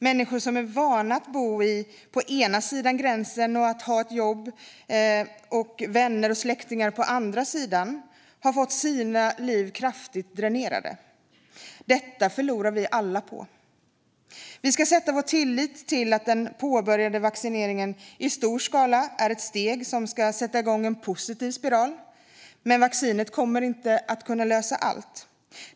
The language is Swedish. Människor som är vana vid att bo på ena sidan gränsen och att ha jobb, vänner och släktingar på andra sidan har fått sina liv kraftigt dränerade. Detta förlorar vi alla på. Vi ska sätta vår tillit till att den påbörjade vaccineringen i stor skala är ett steg som ska sätta igång en positiv spiral, men vaccinet kommer inte att kunna lösa allt.